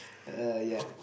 err ya